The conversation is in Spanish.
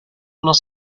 nos